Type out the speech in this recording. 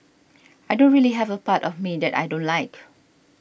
I don't really have a part of me that I don't like